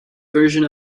version